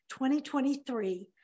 2023